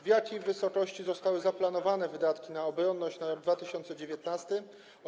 W jakiej wysokości zostały zaplanowane wydatki na obronność na 2019 r.